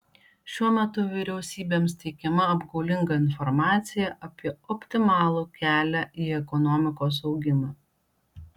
šiuo metu vyriausybėms teikiama apgaulinga informacija apie optimalų kelią į ekonomikos augimą